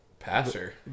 Passer